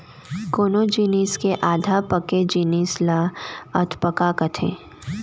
कोनो जिनिस के आधा पाके जिनिस ल अधपका कथें